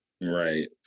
Right